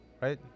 Right